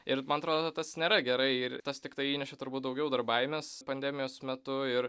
ir man atrodo tas nėra gerai ir tas tiktai įneša turbūt daugiau dar baimės pandemijos metu ir